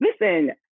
Listen